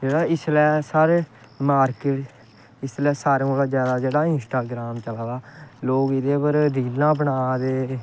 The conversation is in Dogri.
इसलै साढ़े मार्किट इसलै सारें कोला दा जैदा जेह्ड़ा इंस्टाग्राम चला दा लोग एह्दे पर रीलां बना दे